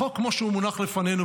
החוק כמו שהוא מונח לפנינו,